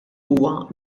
huwa